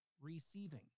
receiving